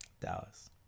Dallas